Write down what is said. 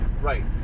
Right